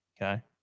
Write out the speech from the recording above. Okay